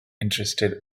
interested